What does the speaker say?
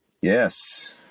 Yes